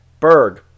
Berg